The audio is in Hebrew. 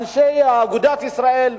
אנשי אגודת ישראל,